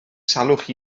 salwch